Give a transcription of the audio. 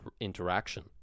interaction